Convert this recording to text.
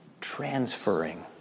Transferring